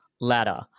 ladder